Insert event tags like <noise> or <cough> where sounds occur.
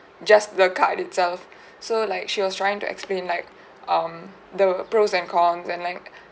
just the card itself <breath> so like she was trying to explain like <breath> um the pros and cons and like <breath>